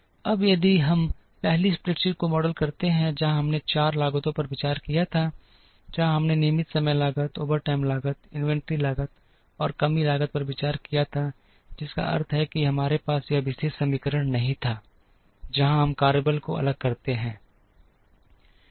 अब यदि हम पहली स्प्रेडशीट को मॉडल करते हैं जहां हमने केवल 4 लागतों पर विचार किया है जहां हमने नियमित समय लागत ओवरटाइम लागत इन्वेंट्री लागत और कमी लागत पर विचार किया था जिसका अर्थ है कि हमारे पास यह विशेष समीकरण नहीं था जहां हम कार्यबल को अलग करते हैं